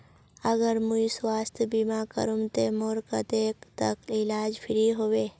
अगर मुई स्वास्थ्य बीमा करूम ते मोर कतेक तक इलाज फ्री होबे?